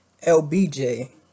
LBJ